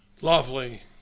lovely